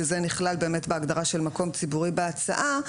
שזה נכלל בהגדרה של מקום ציבורי בהצעה.